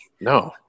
No